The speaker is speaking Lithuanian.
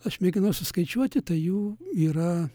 aš mėginau suskaičiuoti tai jų yra